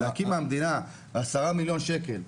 להוציא מהמדינה עשרה מיליון שקל,